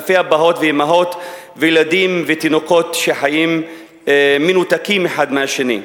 אלפי אבות ואמהות וילדים ותינוקות שחיים מנותקים אחד מהשני.